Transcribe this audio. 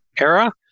era